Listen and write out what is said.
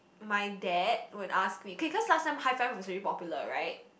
my dad would asked me K cause last time high five was really popular right